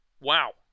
Wow